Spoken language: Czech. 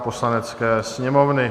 Poslanecké sněmovny